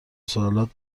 سوالات